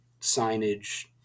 signage